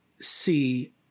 see